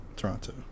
Toronto